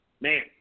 man